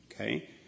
Okay